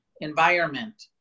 environment